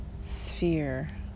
sphere